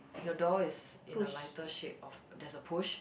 your door is in a lighter shade of there's a push